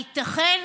הייתכן